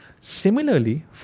Similarly